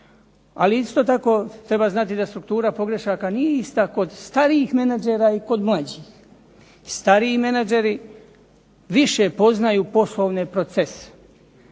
ali isto tako treba znati da struktura pogrešaka nije ista kod starijih menadžera i kod mlađih. Stariji menadžeri više poznaju poslovne procese